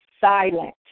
silent